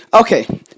Okay